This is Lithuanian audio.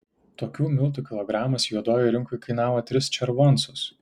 tokių miltų kilogramas juodojoj rinkoj kainavo tris červoncus